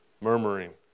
murmuring